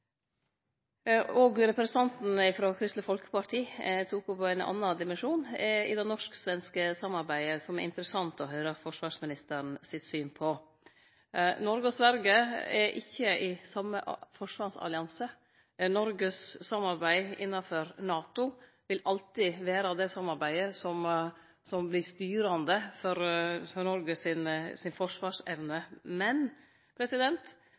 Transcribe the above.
Representanten frå Kristeleg Folkeparti tok opp ein annan dimensjon i det norsk-svenske samarbeidet som det er interessant å høyre forsvarsministeren sitt syn på. Noreg og Sverige er ikkje i same forsvarsallianse. Noregs samarbeid innanfor NATO vil alltid vere det samarbeidet som vert styrande for Noreg si forsvarsevne. Men